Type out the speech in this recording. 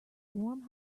warm